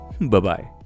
Bye-bye